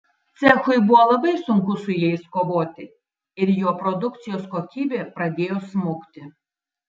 cechui buvo labai sunku su jais kovoti ir jo produkcijos kokybė pradėjo smukti